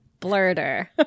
Blurder